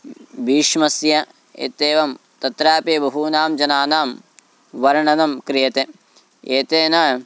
भीष्मस्य इत्येवं तत्रापि बहूनां जनानां वर्णनं क्रियते एतेन